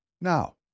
Now